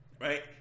right